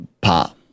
Pa